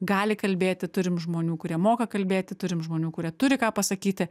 gali kalbėti turim žmonių kurie moka kalbėti turim žmonių kurie turi ką pasakyti